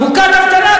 מוכת אבטלה,